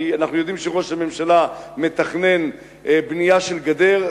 כי אנחנו יודעים שראש הממשלה מתכנן בנייה של גדר.